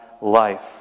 life